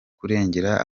kurengera